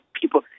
people